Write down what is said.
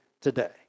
today